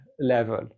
level